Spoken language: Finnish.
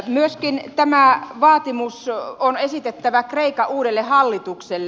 myöskin tämä vaatimus on esitettävä kreikan uudelle hallitukselle